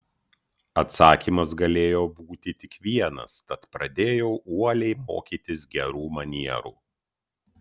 atsakymas galėjo būti tik vienas tad pradėjau uoliai mokytis gerų manierų